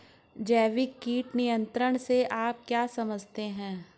जैविक कीट नियंत्रण से आप क्या समझते हैं?